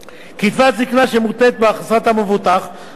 קצבת זיקנה שמותנית בהכנסת המבוטח חלה על